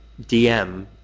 DM